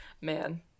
Man